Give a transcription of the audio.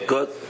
Good